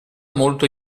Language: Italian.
molto